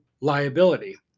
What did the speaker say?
liability